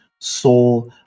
soul